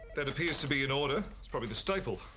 that appears to be in order, it's probably the staple.